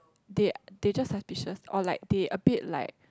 they they just suspicious or like they a bit like